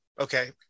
okay